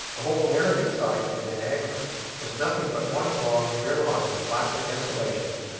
the whole american side of the niagara was nothing but one long, bare line of blackened desolation,